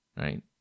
right